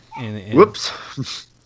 Whoops